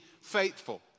faithful